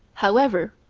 however,